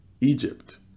Egypt